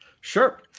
Sure